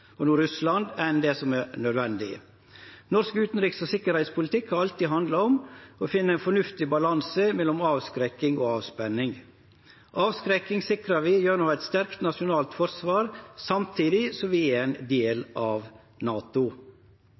Russland – enn nødvendig. Norsk utanriks- og tryggingspolitikk har alltid handla om å finne ein fornuftig balanse mellom avskrekking og avspenning. Avskrekking sikrar vi gjennom eit sterkt nasjonalt forsvar, samtidig som vi er ein del av NATO.